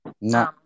no